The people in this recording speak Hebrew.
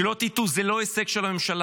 שלא תטעו, זה לא הישג של הממשלה.